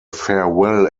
farewell